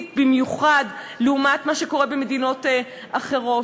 במיוחד לעומת מה שקורה במדינות אחרות.